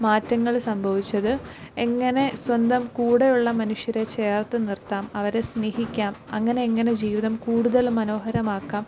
മാറ്റങ്ങൾ സംഭവിച്ചത് എങ്ങനെ സ്വന്തം കൂടെയുള്ള മനുഷ്യരെ ചേർത്ത് നിർത്താം അവരെ സ്നേഹിക്കാം അങ്ങനെ എങ്ങനെ ജീവിതം കൂടുതൽ മനോഹരമാക്കാം